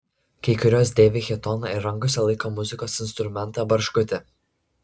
kai kurios dėvi chitoną ir rankose laiko muzikos instrumentą barškutį